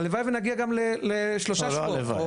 הלוואי ונגיע לשלושה שבועות,